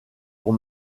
pour